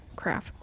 crap